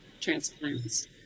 transplants